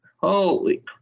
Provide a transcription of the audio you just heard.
Holy